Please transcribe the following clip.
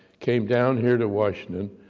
came down here to washington,